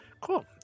Cool